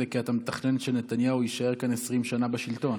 זה כי אתה מתכנן שנתניהו יישאר כאן 20 שנה בשלטון.